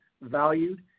valued